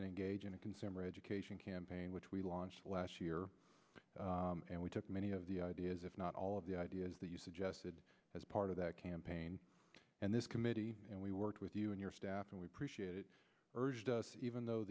and engage in a consumer education campaign which we launched last year and we took many of the ideas if not all of the ideas that you suggested as part of that campaign and this committee and we worked with you and your staff and we appreciate it urged us even though